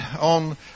on